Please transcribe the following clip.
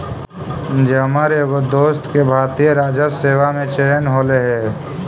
जमर एगो दोस्त के भारतीय राजस्व सेवा में चयन होले हे